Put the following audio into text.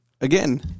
again